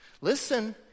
Listen